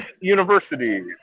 University